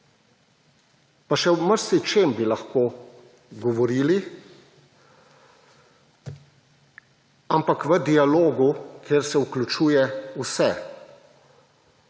Pa še o marsičem bi lahko govorili, ampak v dialogu, kjer se vključuje vse.